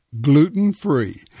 gluten-free